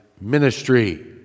ministry